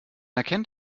erkennt